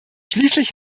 schließlich